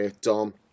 Dom